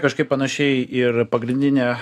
kažkaip panašiai ir pagrindinę